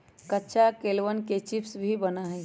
कच्चा केलवन के चिप्स भी बना हई